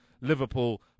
Liverpool